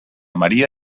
maria